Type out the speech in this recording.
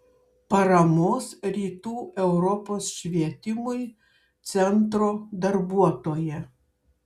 paramos rytų europos švietimui centro darbuotoja